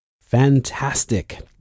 Fantastic